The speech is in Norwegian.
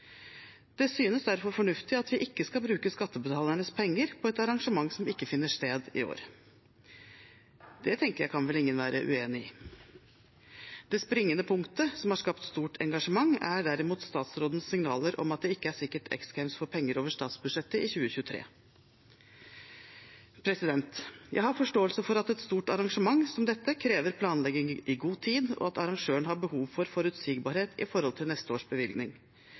Det synes derfor fornuftig at vi ikke skal bruke skattebetalernes penger på et arrangement som ikke finner sted i år. Det tenker jeg at ingen vel kan være uenig i. Det springende punktet som har skapt stort engasjement, er derimot statsrådens signaler om at det ikke er sikkert X Games får penger over statsbudsjettet i 2023. Jeg har forståelse for at et stort arrangement som dette krever planlegging i god tid, og at arrangøren har behov for forutsigbarhet med hensyn til neste års bevilgning.